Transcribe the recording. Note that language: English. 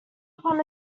upon